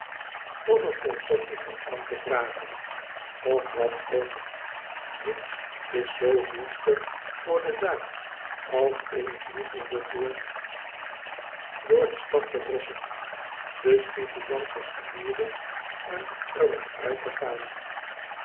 er concessie voor aan te vragen of wat ook niets is zoo dienstig voor de zaak als in vliegende voort door de stad te rossen dus vigilantes te huren en er op uit te gaan